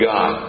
God